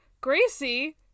Gracie